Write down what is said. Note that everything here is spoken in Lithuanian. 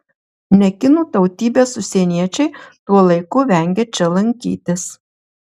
ne kinų tautybės užsieniečiai tuo laiku vengia čia lankytis